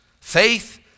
faith